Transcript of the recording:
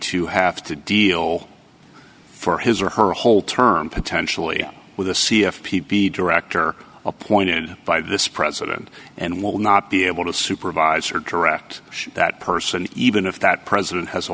to have to deal for his or her whole term potentially with a c f p p director appointed by this president and will not be able to supervise or direct that person even if that president has a